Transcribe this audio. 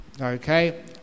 Okay